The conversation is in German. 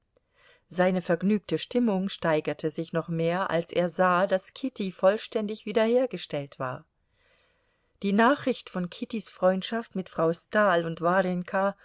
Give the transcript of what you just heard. seine vergnügte stimmung steigerte sich noch mehr als er sah daß kitty vollständig wiederhergestellt war die nachricht von kittys freundschaft mit frau stahl und warjenka